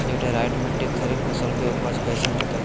Laterite मिट्टी खरीफ फसल के उपज कईसन हतय?